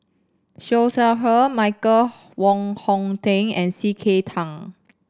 Siew Shaw Her Michael Wong Hong Teng and C K Tang